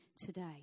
today